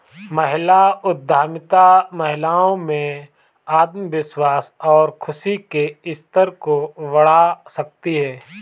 महिला उद्यमिता महिलाओं में आत्मविश्वास और खुशी के स्तर को बढ़ा सकती है